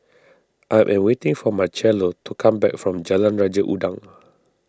I am waiting for Marchello to come back from Jalan Raja Udang